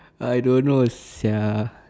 I don't know sia